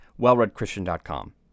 wellreadchristian.com